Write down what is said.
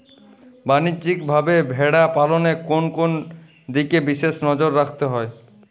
বাণিজ্যিকভাবে ভেড়া পালনে কোন কোন দিকে বিশেষ নজর রাখতে হয়?